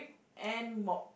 and mop